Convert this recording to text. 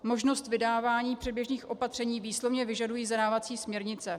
Možnost vydávání předběžných opatření výslovně vyžadují zadávací směrnice.